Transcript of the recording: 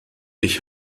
ich